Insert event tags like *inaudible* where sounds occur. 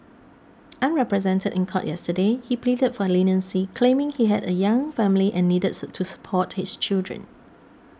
unrepresented in court yesterday he pleaded for leniency claiming he had a young family and needed *unintelligible* to support his children